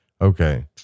okay